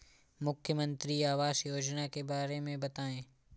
मुख्यमंत्री आवास योजना के बारे में बताए?